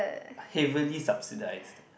heavily subsidised